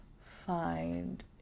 find